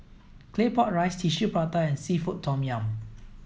claypot rice tissue prata and seafood tom yum